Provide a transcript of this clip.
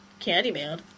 Candyman